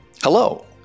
Hello